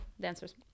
dancers